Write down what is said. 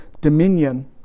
dominion